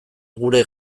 gure